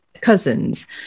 cousins